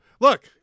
look